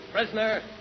Prisoner